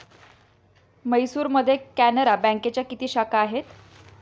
म्हैसूरमध्ये कॅनरा बँकेच्या किती शाखा आहेत?